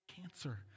cancer